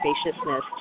spaciousness